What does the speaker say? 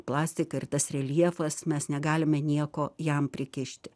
plastika ir tas reljefas mes negalime nieko jam prikišti